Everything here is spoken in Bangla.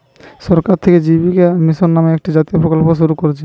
সরকার থিকে জীবিকা মিশন নামে একটা জাতীয় প্রকল্প শুরু কোরছে